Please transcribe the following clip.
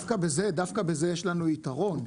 אבל דווקא בזה יש לנו יתרון.